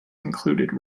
included